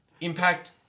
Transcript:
impact